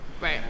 right